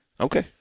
Okay